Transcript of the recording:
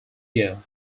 year